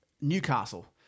Newcastle